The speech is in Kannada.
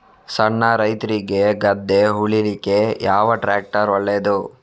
ಸಣ್ಣ ರೈತ್ರಿಗೆ ಗದ್ದೆ ಉಳ್ಳಿಕೆ ಯಾವ ಟ್ರ್ಯಾಕ್ಟರ್ ಒಳ್ಳೆದು?